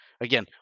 again